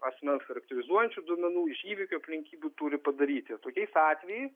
asmens charakterizuojančių duomenų iš įvykio aplinkybių turi padaryti tokiais atvejais